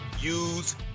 use